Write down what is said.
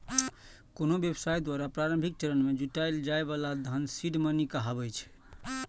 कोनो व्यवसाय द्वारा प्रारंभिक चरण मे जुटायल जाए बला धन सीड मनी कहाबै छै